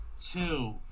Two